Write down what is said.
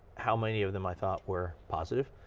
how many of them i thought were positive,